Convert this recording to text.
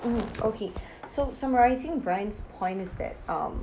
mm okay so summarizing bryan's points that um